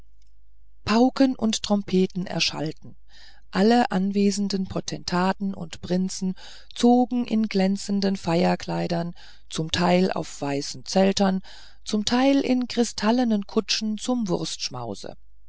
pauken und trompeten erschallten alle anwesenden potentaten und prinzen zogen in glänzenden feierkleidern zum teil auf weißen zeltern zum teil in kristallnen kutschen zum